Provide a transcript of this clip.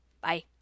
Bye